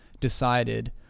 decided